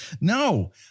No